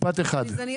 אני צריכה לצאת,